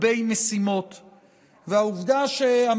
הייתה תקווה שתהיה בלימה כתוצאה של עבודה נחושה ויעילה יותר של